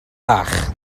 bach